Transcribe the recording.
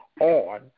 on